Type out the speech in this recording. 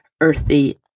earthy